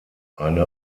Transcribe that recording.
eine